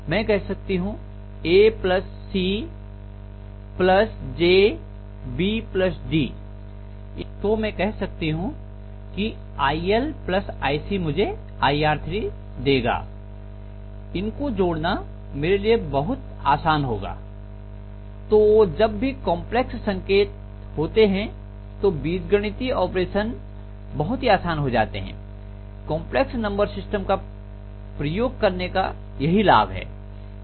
मैं कह सकती हूं ac j b d इनको जोड़ने बहुत आसान है तो जब भी कॉम्प्लेक्स संकेत होते हैं तो बीजगणितीय ऑपरेशन बहुत ही आसान हो जाते हैं कंपलेक्स नंबर् सिस्टम प्रयोग करने का यही लाभ है